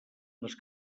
les